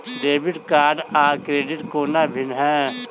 Debit card आ credit कोना भिन्न है?